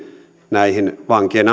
näihin vankien